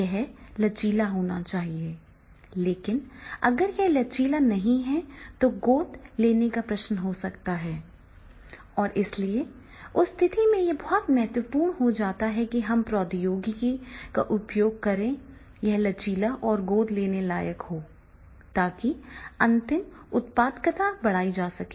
यह लचीला होना चाहिए लेकिन अगर यह लचीला नहीं है तो गोद लेने का प्रश्न हो सकता है और इसलिए उस स्थिति में यह बहुत महत्वपूर्ण हो जाता है कि हम प्रौद्योगिकी का उपयोग करें यह लचीला और गोद लेने योग्य होना चाहिए ताकि अंतिम उत्पादकता बढ़ाई जा सके